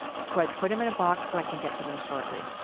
so, i put em in a box so i can get to them shortly.